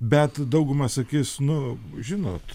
bet dauguma sakys nu žinot